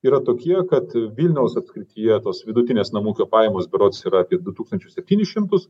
yra tokie kad vilniaus apskrityje tos vidutinės namų ūkio pajamos berods yra apie du tūkstančius septynis šimtus